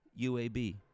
UAB